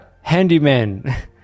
handyman